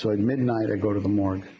like midnight i go to the morgue